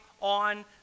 on